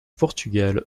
portugal